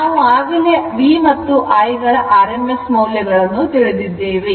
ನಾವು ಆಗಲೇ V ಮತ್ತು I ಗಳ rms ಮೌಲ್ಯಗಳನ್ನು ತಿಳಿದಿದ್ದೇವೆ